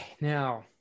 Now